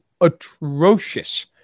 atrocious